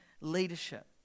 leadership